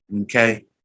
okay